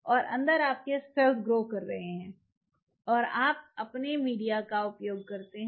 और अंदर आपके सेल्स बढ़ रहे हैं और आप अपने मीडिया का उपयोग करते हैं